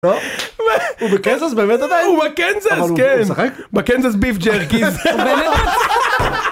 הוא בקנזס באמת עדיין? הוא בקנזס, כן. אבל הוא משחק? בקנזס ביף ג'רקיז.